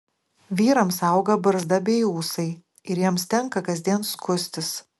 vyrams auga barzda bei ūsai ir jiems tenka kasdien skustis